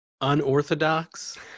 unorthodox